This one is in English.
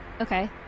Okay